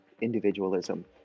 individualism